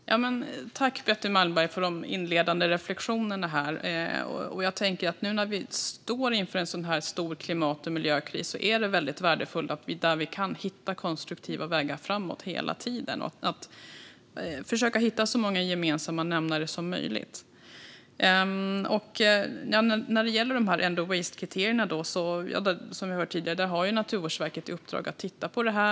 Herr talman! Tack, Betty Malmberg, för de inledande reflektionerna! Nu när vi står inför en så här stor klimat och miljökris är det väldigt värdefullt att hela tiden kunna hitta konstruktiva vägar framåt och försöka hitta så många gemensamma nämnare som möjligt. När det gäller end of waste-kriterierna har Naturvårdsverket, som vi har hört tidigare, i uppdrag att titta på detta.